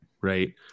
right